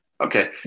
Okay